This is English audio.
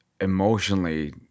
emotionally